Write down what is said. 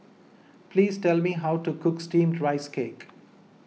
please tell me how to cook Steamed Rice Cake